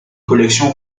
collections